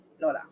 Lola